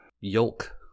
Yolk